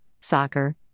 soccer